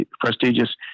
prestigious